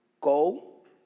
Go